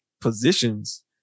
Positions